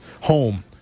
home